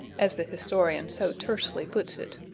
as the historian so tersely puts it.